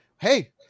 Hey